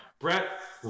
Brett